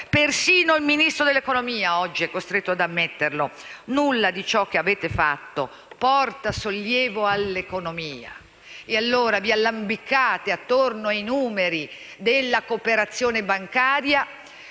Persino il Ministro dell'economia e delle finanze oggi è costretto ad ammetterlo: nulla di ciò che avete fatto porta sollievo all'economia. E allora vi lambiccate intorno ai numeri della cooperazione bancaria,